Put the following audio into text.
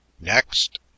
Next